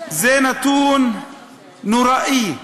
זה נתון נוראי.